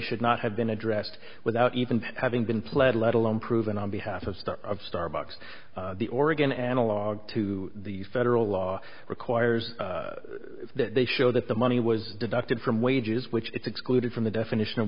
should not have been addressed without even having been pled let alone proven on behalf of the starbucks the oregon analogue to the federal law requires that they show that the money was deducted from wages which is excluded from the definition of